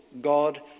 God